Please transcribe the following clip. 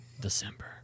December